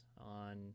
on